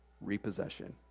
repossession